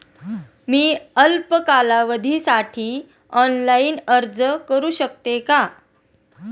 मी अल्प कालावधीसाठी ऑनलाइन अर्ज करू शकते का?